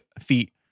feet